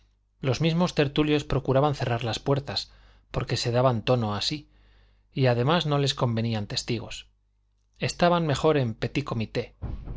los mismos tertulios procuraban cerrar las puertas porque se daban tono así y además no les convenían testigos estaban mejor en petit comité